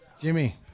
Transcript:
Jimmy